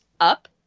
up